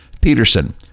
Peterson